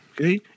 Okay